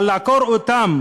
אבל לעקור אותם